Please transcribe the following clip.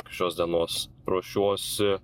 iki šios dienos ruošiuosi